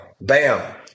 bam